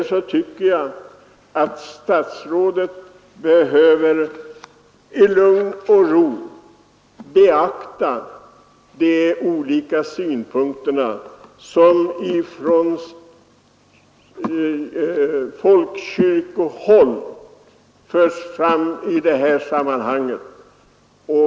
Jag tycker att statsrådet i lugn och ro måste få beakta de olika synpunkter som förs fram från folkkyrkohåll.